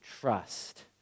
trust